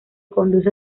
conduce